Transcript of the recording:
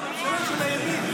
הממשלה של הימין.